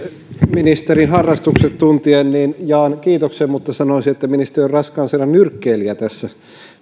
ministerin harrastukset tuntien jaan kiitoksen mutta sanoisin että ministeri on raskaan sarjan nyrkkeilijä tässä